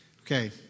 Okay